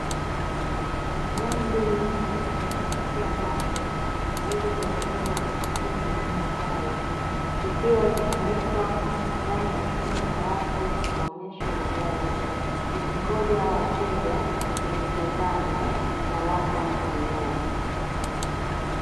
Gari mbili mpya za kuvutia macho, zilizotengenezwa na kampuni ya "HYUNDAI", zikiwa zimewekwa ndani ya chumba cha wazi, cha maonyesho ya magari, zikingoja wateja kuzitazama , na labda kununua.